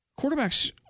quarterbacks